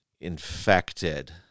infected